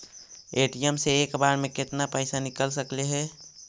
ATM से एक बार मे केतना पैसा निकल सकले हे?